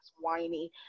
whiny